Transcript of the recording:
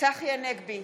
צחי הנגבי,